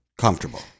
Comfortable